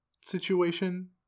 situation